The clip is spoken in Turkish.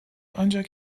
ancak